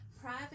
Private